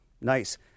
Nice